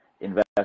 invest